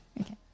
okay